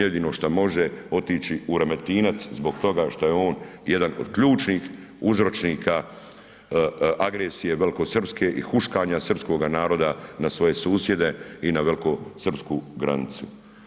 Jedino što može otići u Remetinac zbog toga što je on jedan od ključnih uzročnika agresije velikosrpske i huškanja srpskoga naroda na svoje susjede i na velikosrpsku granicu.